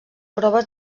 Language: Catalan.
proves